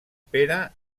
pere